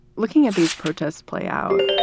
looking at these protests play out.